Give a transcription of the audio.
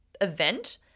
event